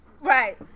Right